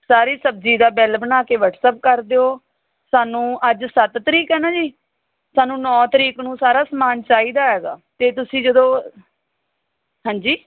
ਸਾਰੀ ਸਬਜ਼ੀ ਦਾ ਬਿਲ ਬਣਾ ਕੇ ਵਟਸਐਪ ਕਰ ਦਿਓ ਸਾਨੂੰ ਅੱਜ ਸੱਤ ਤਰੀਕ ਹੈ ਨਾ ਜੀ ਸਾਨੂੰ ਨੌਂ ਤਰੀਕ ਨੂੰ ਸਾਰਾ ਸਮਾਨ ਚਾਹੀਦਾ ਹੈਗਾ ਅਤੇ ਤੁਸੀਂ ਜਦੋਂ ਹਾਂਜੀ